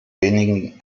wenigen